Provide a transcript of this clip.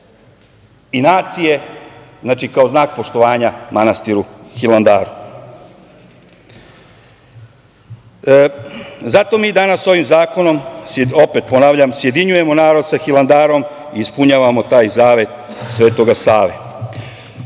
i nacije, kao znak poštovanja manastiru Hilandaru. Zato mi danas ovim zakonom, opet ponavljam, sjedinjujemo narod sa Hilandarom i ispunjavamo taj zavet Svetog